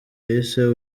yise